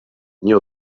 nie